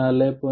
7 4